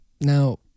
now